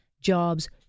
jobs